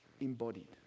embodied